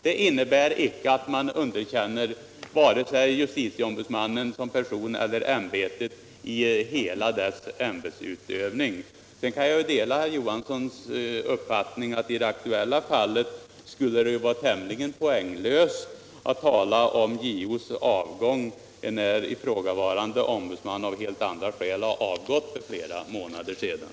Det innebär icke att man underkänner vare sig justitieombudsmannen som person eller ämbetet i hela dess ämbetsutövning. Sedan delar jag herr Johanssons uppfattning att det i det aktuella fallet skulle vara tämligen poänglöst att tala om JO:s avgång, enär ifrågavarande ombudsman av helt andra skäl har avgått för flera månader sedan.